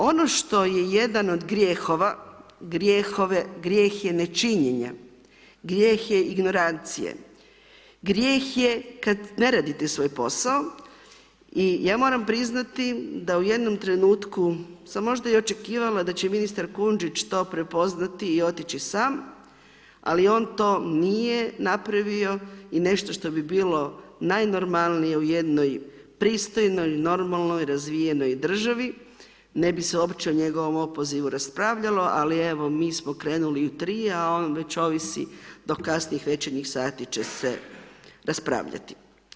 Ono što je jedan od grijehova, grijeh je nečinjenja, grijeh je ignorancije, grijeh je kad ne radite svoj posao i ja moram priznati da u jednom trenutku sam možda i očekivala da će ministar Kujundžić to prepoznati i otići sam, ali on to nije napravio i nešto što bi bilo najnormalnije u jednoj pristojnoj i normalnoj razvijenoj državi ne bi se opće o njegovom opozivu raspravljalo, ali evo mi smo krenuli u tri a on već ovisi do kasnih večernjih sati će se raspravljati.